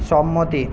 সম্মতি